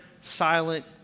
silent